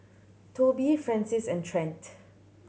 Tobi Frances and Trent